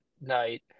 night